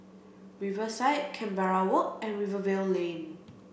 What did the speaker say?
Riverside Canberra Walk and Rivervale Lane